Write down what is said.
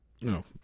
No